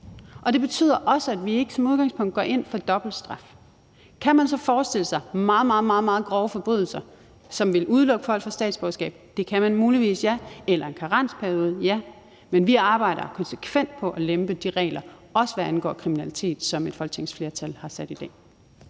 Det betyder også, at vi ikke som udgangspunkt går ind for dobbeltstraf. Kan man så forestille sig meget, meget grove forbrydelser, som ville udelukke folk fra statsborgerskab? Det kan man muligvis, ja, eller en karensperiode, ja. Men vi arbejder konsekvent på at lempe de regler – også hvad angår kriminalitet – som et folketingsflertal har sat op i dag.